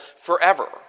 forever